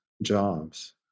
jobs